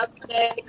Today